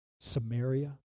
Samaria